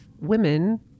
women